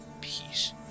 peace